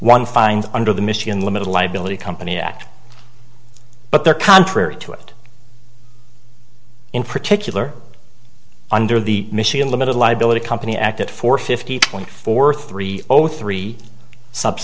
one finds under the michigan limited liability company act but they're contrary to it in particular under the michigan limited liability company act at four fifty point four three zero three sub